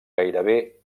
gairebé